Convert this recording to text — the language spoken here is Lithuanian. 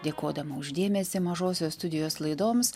dėkodama už dėmesį mažosios studijos laidoms